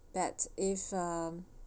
that if uh